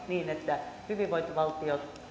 niin että hyvinvointivaltio